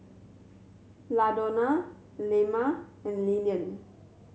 Ladonna Lemma and Lillian